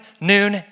noon